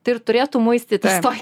tai ir turėtų muistytis toj